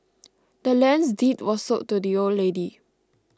the land's deed was sold to the old lady